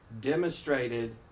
demonstrated